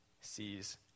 sees